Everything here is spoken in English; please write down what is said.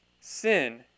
sin